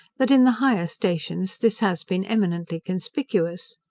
that in the higher stations this has been eminently conspicuous.